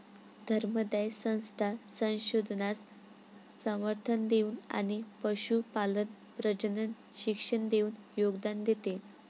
धर्मादाय संस्था संशोधनास समर्थन देऊन आणि पशुपालन प्रजनन शिक्षण देऊन योगदान देते